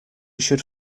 should